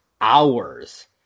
Hours